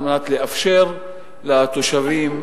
על מנת לאפשר לתושבים,